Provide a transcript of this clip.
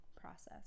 process